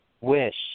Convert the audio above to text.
wish